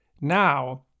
Now